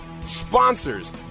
sponsors